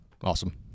awesome